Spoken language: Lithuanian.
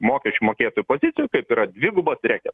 mokesčių mokėtojų pozicijos taip yra dvigubas reketas